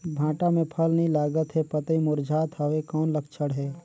भांटा मे फल नी लागत हे पतई मुरझात हवय कौन लक्षण हे?